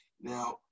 Now